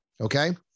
Okay